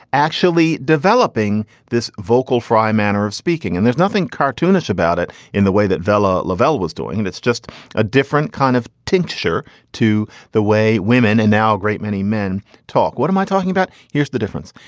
actually developing this vocal fry manner of speaking. and there's nothing cartoonish about it in the way that vela lavelle was doing. and it's just a different kind of tincture to the way women and now a great many men talk. what am i talking about? here's the difference.